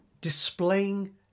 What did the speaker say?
displaying